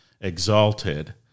exalted